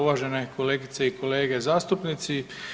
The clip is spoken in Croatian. Uvažene kolegice i kolege zastupnici.